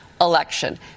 election